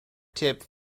tipped